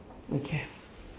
okay